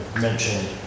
mentioned